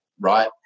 Right